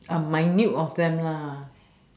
a minute of them lah